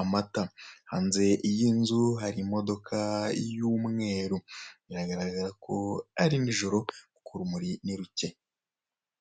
amata hanze y'inzu hari imodoka y'umweru biragaragara ko ari nijoro kuko urumuri ni ruke.